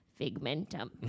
Figmentum